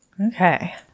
Okay